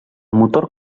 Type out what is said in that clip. motor